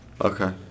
Okay